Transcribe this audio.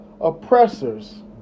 oppressors